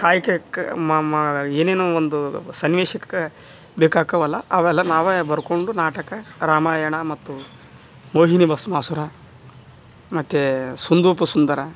ಕಾಯಕಕ್ಕ ಮಾ ಮಾ ಏನೇನೊ ಒಂದು ಸನ್ನಿವೇಶಕ್ಕ ಬೇಕಾಕ್ಕವಲ್ಲ ಅವೆಲ್ಲ ನಾವೇ ಬರ್ಕೊಂಡು ನಾಟಕ ರಾಮಾಯಣ ಮತ್ತು ಮೋಹಿನಿ ಭಸ್ಮಾಸುರ ಮತ್ತು ಸುಂದೋಪ ಸುಂದರ